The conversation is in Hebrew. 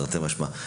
תרתי משמע.